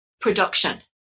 production